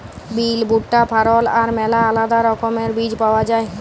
বিল, ভুট্টা, ফারল আর ম্যালা আলেদা রকমের বীজ পাউয়া যায়